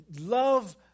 love